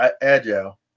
agile